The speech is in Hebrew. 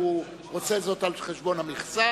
כי הוא עושה זאת על חשבון המכסה,